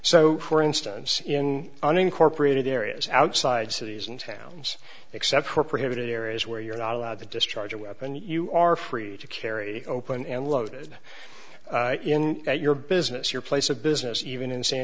so for instance in unincorporated areas outside cities and towns except for prohibited areas where you're not allowed to discharge a weapon you are free to carry open and loaded in your business your place of business even in san